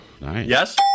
Yes